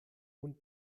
und